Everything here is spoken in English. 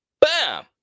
Bam